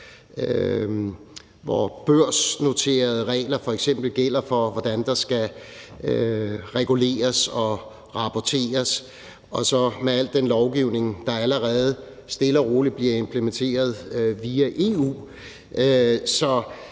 hvor børsnoterede regler f.eks. gælder for, hvordan der skal reguleres og rapporteres – med al den lovgivning, der allerede stille og roligt bliver implementeret via EU.